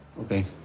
Okay